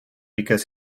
because